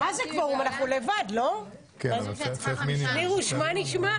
לפני הקריאה הראשונה.